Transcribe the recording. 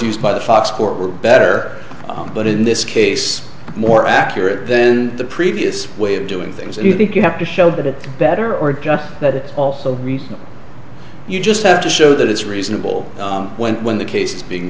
used by the fox court were better but in this case more accurate then the previous way of doing things you think you have to show that it better or just that it also means you just have to show that it's reasonable when when the case being